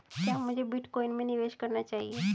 क्या मुझे बिटकॉइन में निवेश करना चाहिए?